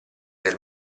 del